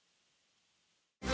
Hvala.